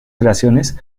creaciones